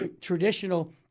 traditional